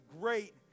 great